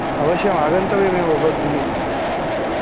अवश्यम् आगन्तव्यमेव भवद्भिः